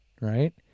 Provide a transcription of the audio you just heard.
right